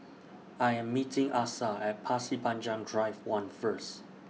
I Am meeting Asa At Pasir Panjang Drive one First